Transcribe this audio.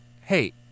Hey